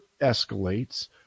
escalates